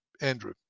Andrew